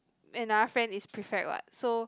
another friend is prefect what so